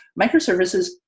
Microservices